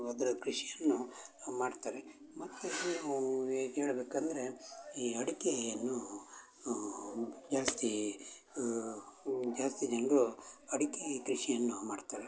ಅದರ ಕೃಷಿಯನ್ನು ಮಾಡ್ತಾರೆ ಮತ್ತು ನೀವೂ ಎ ಹೇಳ್ಬೇಕಂದ್ರೆ ಈ ಅಡಕೆಯನ್ನು ಉ ಜಾಸ್ತೀ ಉ ಜಾಸ್ತಿ ಜನರು ಅಡಕೆ ಕೃಷಿಯನ್ನು ಮಾಡ್ತಾರೆ